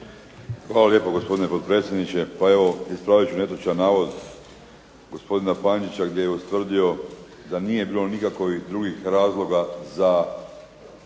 Hvala lijepa gospodine potpredsjedniče. Pa evo ispravit ću netočan navod gospodina Pančića gdje je ustvrdio da nije bilo nikakovih drugih razloga za